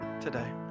today